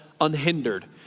Unhindered